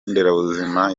nderabuzima